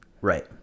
Right